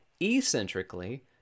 Eccentrically